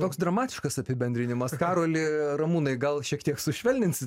toks dramatiškas apibendrinimas karoli ramūnai gal šiek tiek sušvelninsit